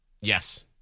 Yes